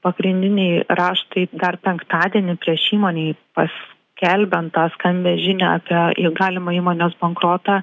pagrindiniai raštai dar penktadienį prieš įmonei paskelbiant tą skambią žinią apie galimą įmonės bankrotą